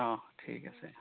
অঁ ঠিক আছে